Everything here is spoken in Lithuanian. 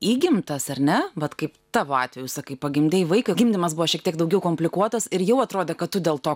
įgimtas ar ne vat kaip tavo atveju sakai pagimdei vaiką gimdymas buvo šiek tiek daugiau komplikuotas ir jau atrodė kad tu dėl to